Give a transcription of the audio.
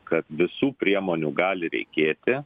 kad visų priemonių gali reikėti